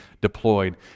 deployed